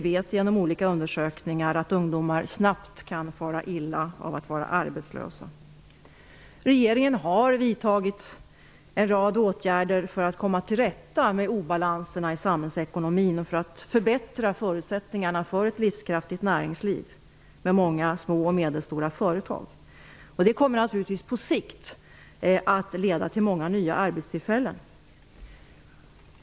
Genom olika undersökningar vet vi att ungdomar snabbt kan fara illa av att vara arbetslösa. Regeringen har vidtagit en rad åtgärder för att komma till rätta med obalanserna i samhällsekonomin och för att förbättra förutsättningarna för ett livskraftigt näringsliv med många små och medelstora företag. Det kommer naturligtvis på sikt att leda till många nya arbetstillfällen.